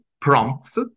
prompts